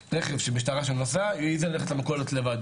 תודה,